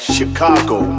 Chicago